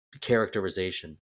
characterization